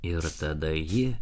ir tada ji